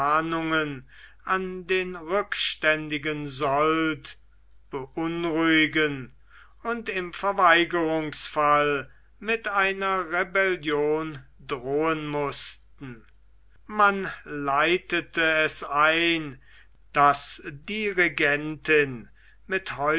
an den rückständigen sold beunruhigen und im verweigerungsfall mit einer rebellion drohen mußten man leitete es ein daß die regentin mit